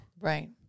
Right